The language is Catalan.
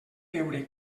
veure